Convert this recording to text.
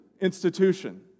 institution